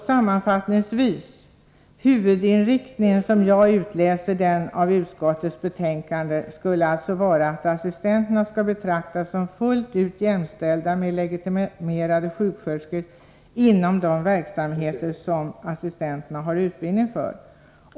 Sammanfattningsvis: Huvudinriktningen enligt utskottets betänkande skulle alltså, såvitt jag förstår, vara att assistenterna skall betraktas som fullt jämställda med legitimerade sjuksköterskor inom de verksamhetsområden som assistenterna har utbildning för.